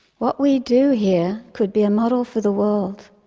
what we do here could be a model for the world.